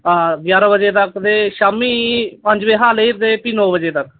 हां ञारां बजे तक ते शामी पंञ बजे शा लेइऐ ते भी नौ बजे तक